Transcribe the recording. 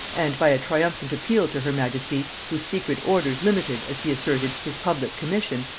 and by a triumphant appeal to her majesty, whose secret orders limited, as he asserted, his public commission,